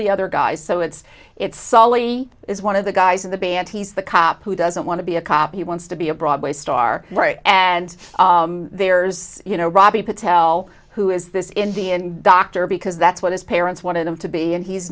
the other guys so it's it's sali is one of the guys in the band he's the cop who doesn't want to be a cop he wants to be a broadway star and there's you know robby patel who is this indian doctor because that's what his parents wanted him to be and he's